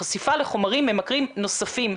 חשיפה לחומרים ממכרים נוספים.